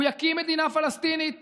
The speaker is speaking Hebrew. הוא יקים מדינה פלסטינית